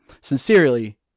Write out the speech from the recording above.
Sincerely